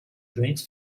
drinks